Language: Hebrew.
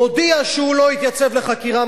מודיע שהוא לא יתייצב לחקירה,